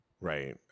Right